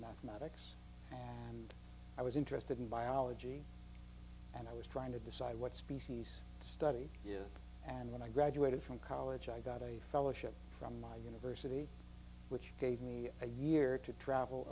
mathematics i was interested in biology and i was trying to decide what species study is and when i graduated from college i got a fellowship from my university which gave me a year to travel